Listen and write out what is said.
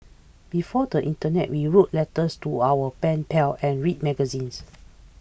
before the internet we wrote letters to our pen pals and read magazines